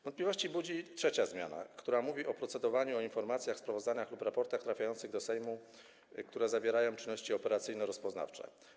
Wątpliwości budzi trzecia zmiana, która mówi o procedowaniu, o informacjach, sprawozdaniach lub raportach trafiających do Sejmu, które zawierają czynności operacyjno-rozpoznawcze.